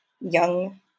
young